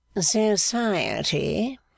Society